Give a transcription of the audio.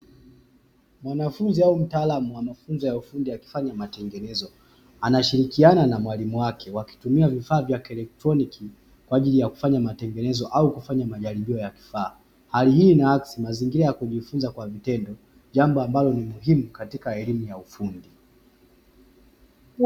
Mwanafunzi au mtaalamu wa mafunzo ya ufundi akifanya matengenezo, anashirikiana na mwalimu wake wakitumia vifaa vya kielektroniki kwa ajili ya kufanya matengenezo au kufanya majaribio ya vifaa. Hali hii inaakisi mazingira ya kujifunza kwa vitendo, jambo ambalo ni muhimu katika elimu ya ufundi.